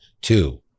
two